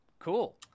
cool